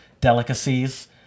delicacies